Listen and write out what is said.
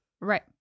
Right